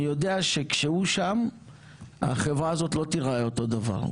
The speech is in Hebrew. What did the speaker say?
אני יודע שכשהוא שם החברה הזו לא תיראה אותו דבר.